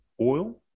oil